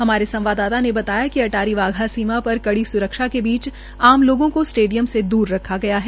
हमारे संवाददाता ने बताया कि अटारी वाघा सीमा पर कड़ी स्रक्ष के बीच आम लोगों को स्टेडियम से छूर रखा गया है